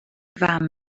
fam